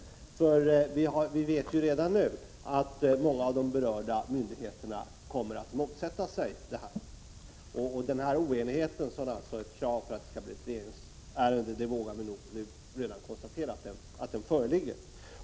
Vi vet redan nu att många av de berörda myndigheterna kommer att motsätta sig förslaget. Oenighet om huruvida detta blir ett regeringsärende vågar vi väl redan konstatera föreligger.